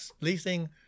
leasing